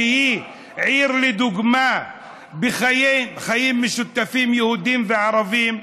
שהיא עיר לדוגמה בחיים משותפים של יהודים וערבים,